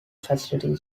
facility